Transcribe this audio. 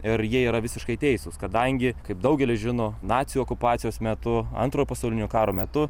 ir jie yra visiškai teisūs kadangi kaip daugelis žino nacių okupacijos metu antrojo pasaulinio karo metu